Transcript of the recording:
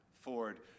Ford